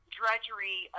drudgery